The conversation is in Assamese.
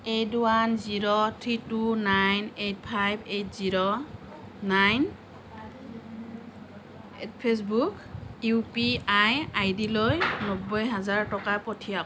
eight one zero three two nine eight five eight zero nine Facebook U P I আইডিলৈ নব্বৈ হাজাৰ টকা পঠিয়াওক